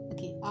Okay